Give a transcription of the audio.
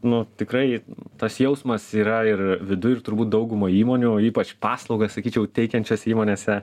nu tikrai tas jausmas yra ir viduj ir turbūt dauguma įmonių ypač paslaugas sakyčiau teikiančiose įmonėse